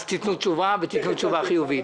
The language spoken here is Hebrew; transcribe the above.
אז תיתנו תשובה ותיתנו תשובה חיובית.